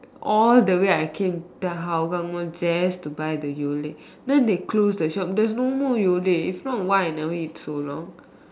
all the way I came to Hougang Mall just to buy the Yole then they close the shop there's no more Yole if not why I never eat so long